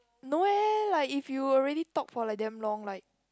no eh like if you already talk for like damn long like